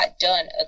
done